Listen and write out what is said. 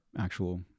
actual